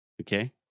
okay